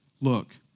look